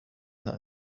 that